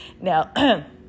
now